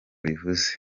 bivuze